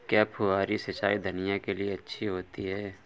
क्या फुहारी सिंचाई धनिया के लिए अच्छी होती है?